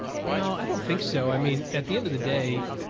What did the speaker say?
no, i don't think so. i mean, at the end of the day,